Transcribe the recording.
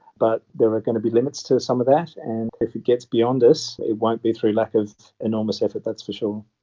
but there are going to be limits to some of that, and if it gets beyond us, it won't be through lack of enormous effort, that's for sure.